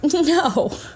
No